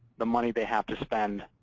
the money they have to spend,